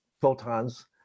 photons